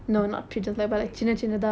oh hmm